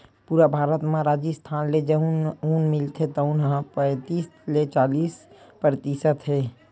पूरा भारत म राजिस्थान ले जउन ऊन मिलथे तउन ह पैतीस ले चालीस परतिसत हे